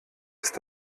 ist